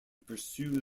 pursue